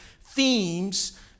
themes